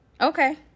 Okay